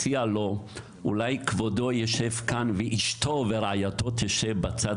"אולי כבודו ישב כאן ואשתו תשב בצד